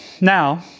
Now